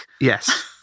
Yes